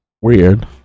Weird